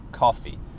coffee